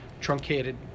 truncated